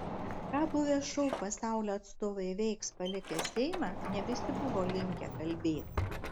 ką buvę šou pasaulio atstovai veiks palikę seimą ne visi buvo linkę kalbėti